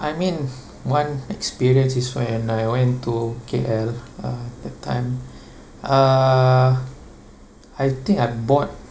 I mean one experience is when I went to K_L uh that time uh I think I board